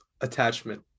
attachment